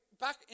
back